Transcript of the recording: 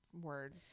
Word